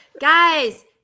guys